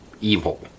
evil